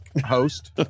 host